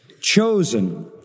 chosen